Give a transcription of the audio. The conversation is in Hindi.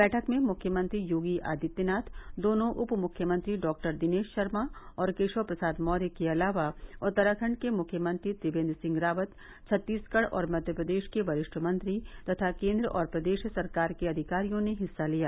बैठक में मुख्यमंत्री योगी आदित्यनाथ दोनों उप मुख्यमंत्री डॉक्टर दिनेश शर्मा और केशव प्रसाद मौर्य के अलावा उत्तराखण्ड के मुख्यमंत्री त्रिपेन्द्र सिंह रावत छत्तीसगढ़ और मध्य प्रदेश के वरिष्ठ मंत्री तथा केन्द्र और प्रदेश सरकार के अधिकारियों ने हिस्सा लिया